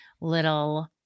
little